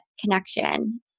connection